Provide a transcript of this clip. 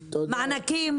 ומענקים.